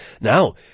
now